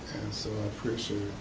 so i appreciate